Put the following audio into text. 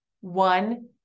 One